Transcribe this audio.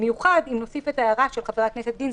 ובמיוחד אם נוסיף את ההערה של חבר הכנסת גינזבורג,